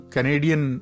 Canadian